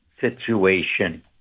situation